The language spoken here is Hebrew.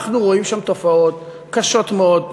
אנחנו רואים שם תופעות קשות מאוד,